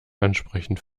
ansprechend